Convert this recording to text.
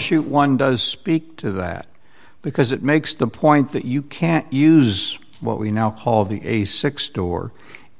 muckleshoot one does speak to that because it makes the point that you can't use what we now call the a six door